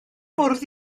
bwrdd